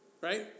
right